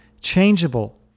changeable